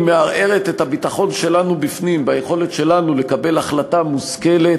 משום שהיא מערערת את הביטחון שלנו בפנים ביכולת שלנו לקבל החלטה מושכלת,